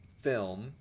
film